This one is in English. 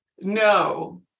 no